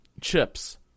chips